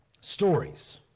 Stories